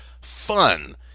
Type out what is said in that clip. fun